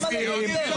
ל מה לקצר?